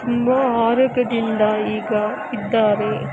ತುಂಬ ಆರೋಗ್ಯದಿಂದ ಈಗ ಇದ್ದಾರೆ